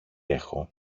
έχω